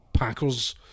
Packers